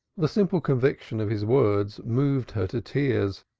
the simple conviction of his words moved her to tears,